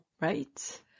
Right